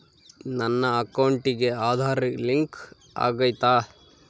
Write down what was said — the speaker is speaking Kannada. ನನ್ನ ಅಕೌಂಟಿಗೆ ಆಧಾರ್ ಲಿಂಕ್ ಆಗೈತಾ?